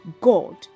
God